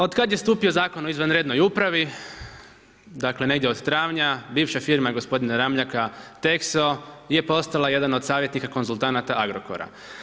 Od kada je stupio Zakon o izvanrednoj upravi dakle negdje od travnja bivša firma gospodina Ramljaka TExo je postala jedan od savjetnika konzultanata Agrokora.